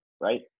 right